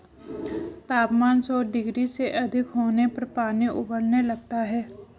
तापमान सौ डिग्री से अधिक होने पर पानी उबलने लगता है